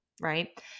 right